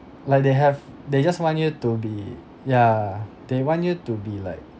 like they have they just want you to be yeah they want you to be like